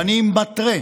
ואני מתרה,